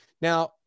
Now